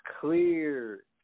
clear